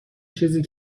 چیزی